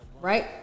right